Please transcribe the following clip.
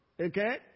Okay